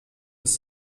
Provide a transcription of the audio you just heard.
des